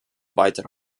weitere